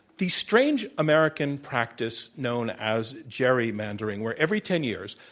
the strange american practice known as gerrymandering, where every ten years,